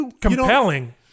compelling